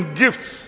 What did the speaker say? gifts